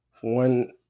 one